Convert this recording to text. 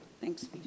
Thanks